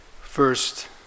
first